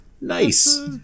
Nice